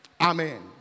Amen